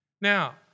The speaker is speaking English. Now